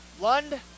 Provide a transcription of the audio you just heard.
Lund